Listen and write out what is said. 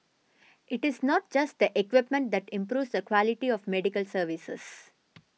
it is not just the equipment that improves the quality of medical services